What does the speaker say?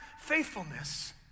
faithfulness